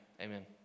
amen